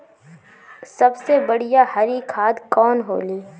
सबसे बढ़िया हरी खाद कवन होले?